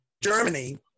Germany